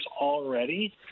already